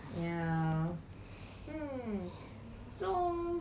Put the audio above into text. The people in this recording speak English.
so